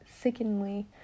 sickeningly